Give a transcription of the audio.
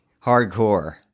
hardcore